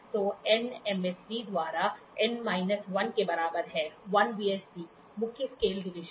तो N MSD द्वारा N minus 1 के बराबर 1 वीएसडीमुख्य स्केल डिवीजन